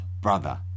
brother